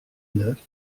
neuf